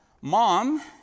mom